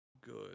good